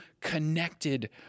connected